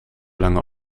lange